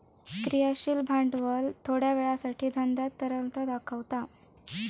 क्रियाशील भांडवल थोड्या वेळासाठी धंद्यात तरलता दाखवता